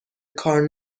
کار